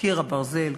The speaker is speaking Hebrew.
קיר הברזל,